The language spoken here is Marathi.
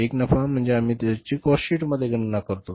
एक नफा म्हणजे आम्ही ज्याची कॉस्ट शीट मध्ये गणना करतो